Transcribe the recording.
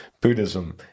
Buddhism